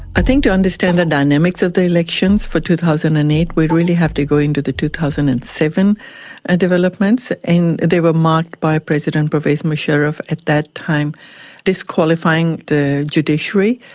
i think to understand the dynamics of the elections for two thousand and eight we really have to go into the two thousand and seven ah developments, and they were marked by president pervez musharraf at that time disqualifying the judiciary,